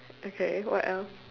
okay what else